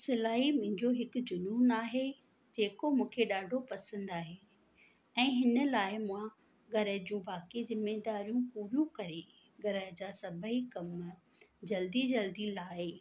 सिलाई मुंहिंजो हिकु जुनून आहे जेको मूंखे ॾाढो पसंदि आहे ऐं हिन लाइ मां घर जूं बाक़ी ज़िम्मेदारियूं पूरियूं कई घर जा सभेई कम जल्दी जल्दी लाइ